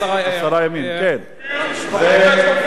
אקוניס היה פה.